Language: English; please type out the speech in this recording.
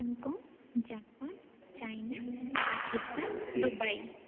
Hong Kong Japan China Pakistan Dubai